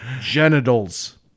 Genitals